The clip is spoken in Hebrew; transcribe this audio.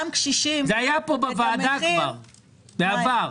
זה היה פה בוועדה בעבר,